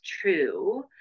true